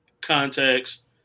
context